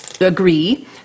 agree